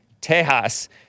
Texas